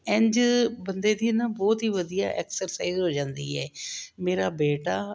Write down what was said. ਇੰਝ ਬੰਦੇ ਦੀ ਨਾ ਬਹੁਤ ਹੀ ਵਧੀਆ ਐਕਸਰਸਾਈਜ਼ ਹੋ ਜਾਂਦੀ ਹੈ ਮੇਰਾ ਬੇਟਾ